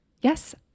Yes